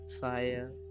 fire